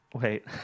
Wait